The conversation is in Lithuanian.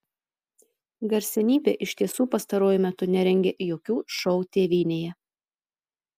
garsenybė iš tiesų pastaruoju metu nerengė jokių šou tėvynėje